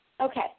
Okay